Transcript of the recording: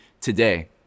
today